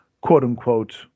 quote-unquote